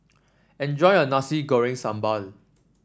enjoy your Nasi Goreng Sambal